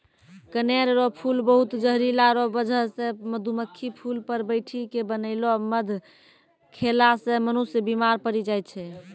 कनेर रो फूल बहुत जहरीला रो बजह से मधुमक्खी फूल पर बैठी के बनैलो मध खेला से मनुष्य बिमार पड़ी जाय छै